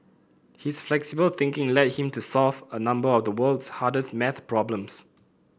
his flexible thinking led him to solve a number of the world's hardest maths problems